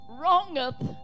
Wrongeth